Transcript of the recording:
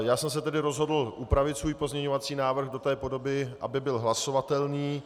Já jsem se tedy rozhodl upravit svůj pozměňovací návrh do té podoby, aby byl hlasovatelný.